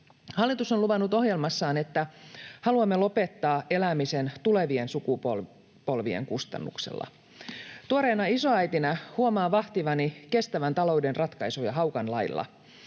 Hallitus on luvannut ohjelmassaan, että haluamme lopettaa elämisen tulevien sukupolvien kustannuksella. Tuoreena isoäitinä huomaan vahtivani kestävän talouden ratkaisuja haukan lailla.